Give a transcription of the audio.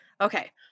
Okay